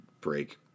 break